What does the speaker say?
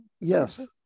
Yes